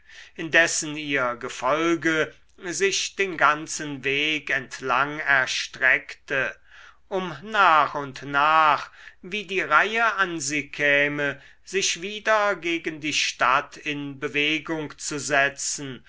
indessen ihr gefolge sich den ganzen weg entlang erstreckte um nach und nach wie die reihe an sie käme sich wieder gegen die stadt in bewegung zu setzen